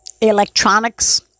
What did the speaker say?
Electronics